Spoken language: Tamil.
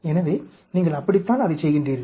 எனவே நீங்கள் அப்படித்தான் அதைச் செய்கின்றீர்கள்